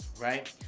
right